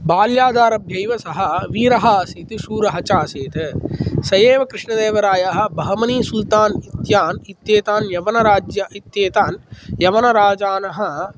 बाल्यादारभ्यैव सः वीरः आसीत् शूरः च आसीत् स एव कृष्णदेवरायः बहमनी सुल्तान् इत्यान् इत्येतान् यवनराज्य इत्येतान् यवनराजानः